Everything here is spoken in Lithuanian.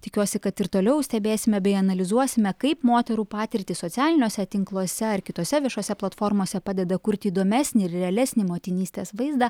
tikiuosi kad ir toliau stebėsime bei analizuosime kaip moterų patirtys socialiniuose tinkluose ar kitose viešose platformose padeda kurti įdomesnį realesnį motinystės vaizdą